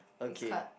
next card